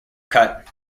cut